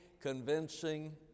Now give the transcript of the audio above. convincing